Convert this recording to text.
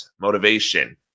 motivation